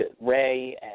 Ray